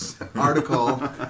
article